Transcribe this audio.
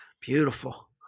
beautiful